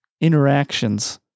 interactions